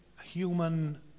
human